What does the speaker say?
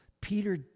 Peter